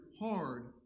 hard